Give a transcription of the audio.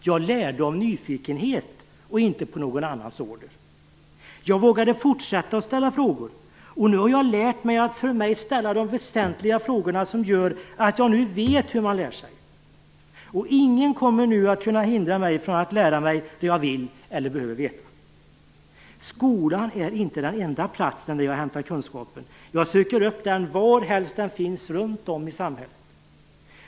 Jag lärde av nyfikenhet och inte på någon annans order. Jag vågade fortsätta att ställa frågor, och nu har jag lärt att ställa de för mig väsentliga frågorna som gör att jag nu vet hur man lär sig. Och ingen kommer nu att kunna hindra mig från att lära mig det jag vill eller behöver veta. Skolan är inte den enda platsen där jag hämtar kunskapen. Jag söker upp den varhelst den finns runt om i samhället.